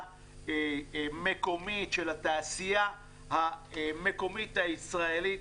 מקומית של התעשייה המקומית הישראלית.